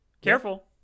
Careful